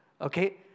Okay